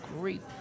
great